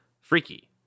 freaky